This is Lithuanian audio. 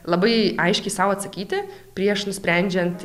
labai aiškiai sau atsakyti prieš nusprendžiant